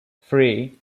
three